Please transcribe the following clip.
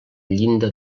llinda